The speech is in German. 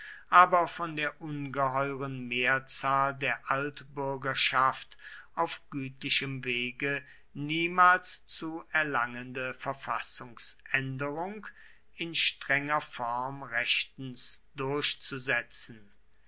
aber von der ungeheuren mehrzahl der altbürgerschaft auf gütlichem wege niemals zu erlangende verfassungsänderung in strenger form rechtens durchzusetzen